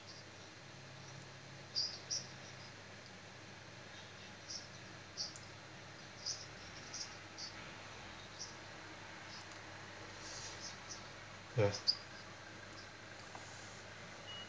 yes